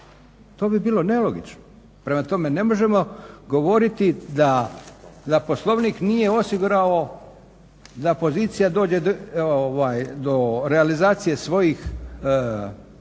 to bi bilo nelogično. Prema tome, ne možemo govoriti da za Poslovnik nije osigurao da pozicija dođe do realizacije svojih političkih